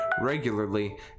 regularly